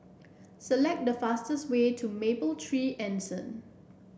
select the fastest way to Mapletree Anson